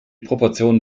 proportionen